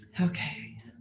Okay